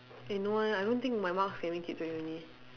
eh no eh I don't think my marks can make it to uni